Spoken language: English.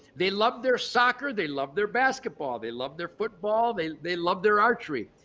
they love their soccer, they love their basketball. they love their football. they they love their archery,